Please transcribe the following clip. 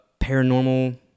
paranormal